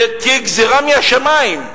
תהיה גזירה מהשמים.